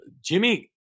Jimmy –